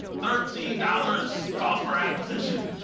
thirteen dollars cost per acquistion.